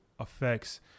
effects